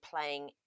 playing